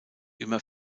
immer